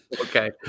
Okay